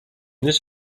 this